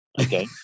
Okay